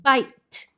Bite